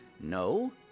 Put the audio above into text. No